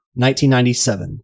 1997